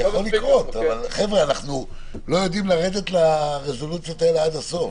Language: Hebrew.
אנחנו לא יודעים לרדת לרזולוציות האלה עד הסוף.